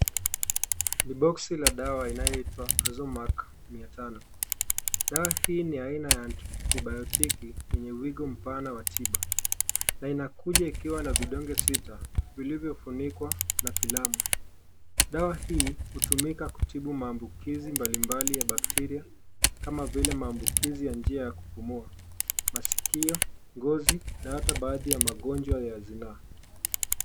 Ni boksi la dawa inayoitwa azomax mia tano , dawa hii ni ya aina ya antibayotiki yenye wigo mpana wa tiba na inakuja ikiwa na vidoge sita vilivyofunikwa na filamu ,dawa hii utumika kutibu maambukizi mbalimbali ya bacteria kama vile maamnukizi ya njia ya kupumua, masiko ,ngozi na hata baadhi ya mgonjwa ya sinaa.